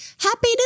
Happy